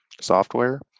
software